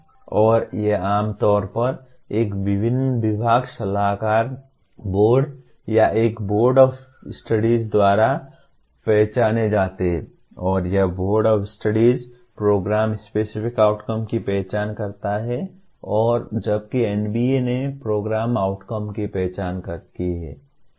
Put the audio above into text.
और ये आम तौर पर एक विभाग सलाहकार बोर्ड या एक बोर्ड ऑफ स्टडीज द्वारा पहचाने जाते हैं और यह board of studies program specific outcome की पहचान करता है और जबकि NBA ने प्रोग्राम आउटकम की पहचान की है